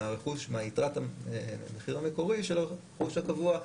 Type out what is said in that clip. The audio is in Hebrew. מיתרת המחיר המקורי של הרכוש הקבוע,